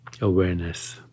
awareness